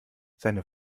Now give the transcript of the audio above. seine